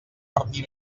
martí